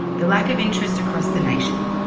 the lack of interest across the nation,